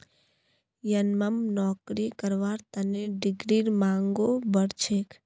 यनमम नौकरी करवार तने डिग्रीर मांगो बढ़ छेक